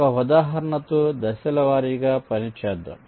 ఒక ఉదాహరణతో దశల వారీగా పని చేద్దాం